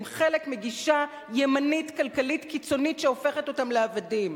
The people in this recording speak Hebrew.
הם חלק מגישה כלכלית ימנית קיצונית שהופכת אותם לעבדים.